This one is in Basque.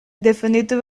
defenditu